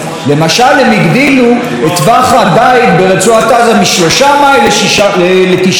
הם הגדילו את טווח הדיג ברצועת עזה משלושה מייל לתשעה מייל.